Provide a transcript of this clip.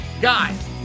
Guys